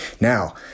Now